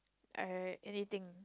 I anything